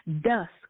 dusk